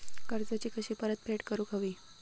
कर्जाची कशी परतफेड करूक हवी?